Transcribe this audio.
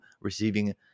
receiving